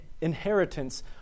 inheritance